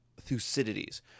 Thucydides